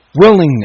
Willingness